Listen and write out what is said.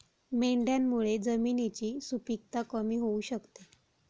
मेंढ्यांमुळे जमिनीची सुपीकता कमी होऊ शकते